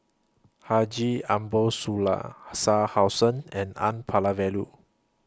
Haji Ambo Sooloh Shah Hussain and N Palanivelu